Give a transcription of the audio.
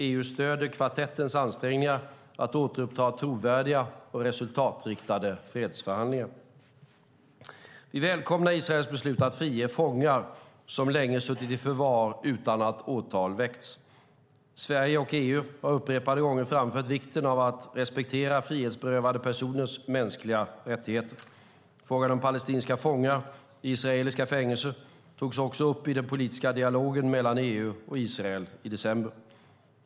EU stöder kvartettens ansträngningar för att återuppta trovärdiga och resultatinriktade fredsförhandlingar. Vi välkomnar Israels beslut att frige fångar som länge suttit i förvar utan att åtal väckts. Sverige och EU har upprepade gånger framfört vikten av att respektera frihetsberövade personers mänskliga rättigheter. Frågan om palestinska fångar i israeliska fängelser togs också upp i den politiska dialogen mellan EU och Israel i december.